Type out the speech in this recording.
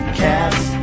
cats